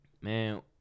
man